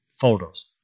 photos